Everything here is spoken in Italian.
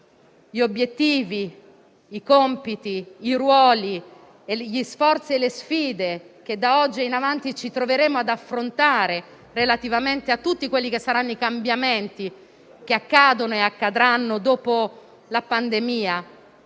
gli obiettivi, i compiti, i ruoli, gli sforzi e le sfide che da oggi in avanti ci troveremo ad affrontare relativamente a tutti i futuri cambiamenti che accadranno dopo la pandemia.